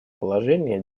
положение